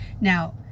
Now